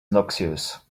noxious